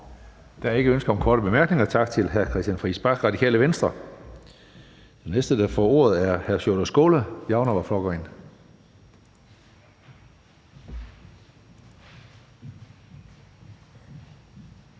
Der er ikke ønske om korte bemærkninger. Tak til hr. Christian Friis Bach, Radikale Venstre. Den næste, der får ordet, er hr. Sjúrður Skaale, Javnaðarflokkurin.